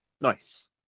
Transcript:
Nice